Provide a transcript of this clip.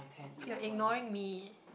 you're ignoring me